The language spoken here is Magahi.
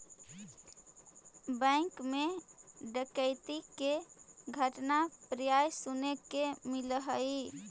बैंक मैं डकैती के घटना प्राय सुने के मिलऽ हइ